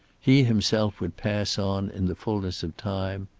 he himself would pass on, in the fullness of time,